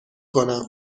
کنم